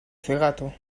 cegato